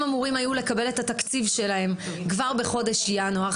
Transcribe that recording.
הם היו אמורים לקבל את התקציב שלהם כבר בחודש ינואר